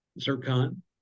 Zircon